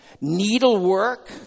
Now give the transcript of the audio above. needlework